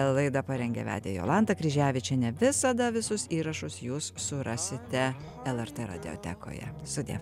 laidą parengė vedė jolanta kryževičienė visada visus įrašus jūs surasite lrt radiotekoje sudie